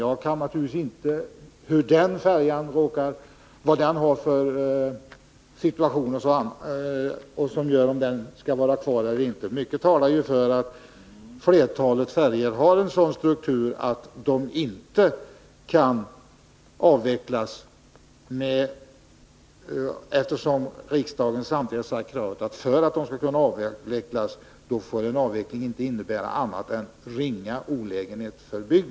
Jag kan naturligtvis inte säga vilken situation den eller den färjan råkar ha som avgör om den skall vara kvar eller inte. Mycket talar ju för att flertalet färjor har sådan struktur att de inte kan avvecklas, eftersom riksdagen samtidigt har ställt kravet att en avveckling inte får innebära annat än ringa olägenhet för bygden.